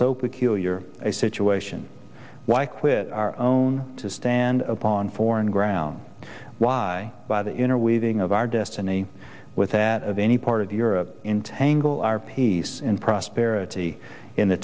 so peculiar a situation why quit our own to stand upon foreign ground why by the inner weaving of our destiny with that of any part of europe in tangle our peace in prosperity in the